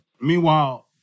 Meanwhile